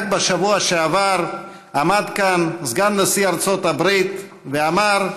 רק בשבוע שעבר עמד כאן סגן נשיא ארצות הברית ואמר: